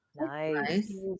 nice